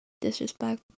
disrespect